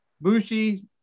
Bushi